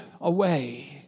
away